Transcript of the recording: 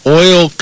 oil